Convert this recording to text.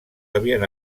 havien